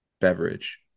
beverage